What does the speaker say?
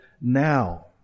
now